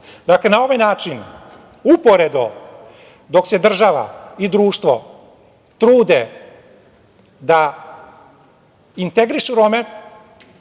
Dakle, na ovaj način, uporedo dok se država i društvo trude da integrišu Rome,